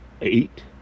Eight